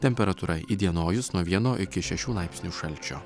temperatūra įdienojus nuo vieno iki šešių laipsnių šalčio